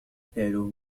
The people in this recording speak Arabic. فعله